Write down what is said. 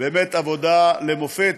באמת עבודה למופת,